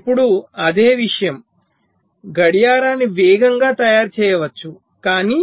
ఇప్పుడు అదే విషయం గడియారాన్ని వేగంగా తయారు చేయవచ్చు కానీ